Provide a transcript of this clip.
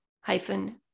hyphen